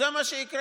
זה מה שיקרה.